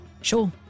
Sure